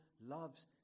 loves